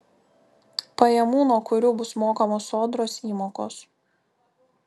pajamų nuo kurių bus mokamos sodros įmokos